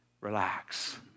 relax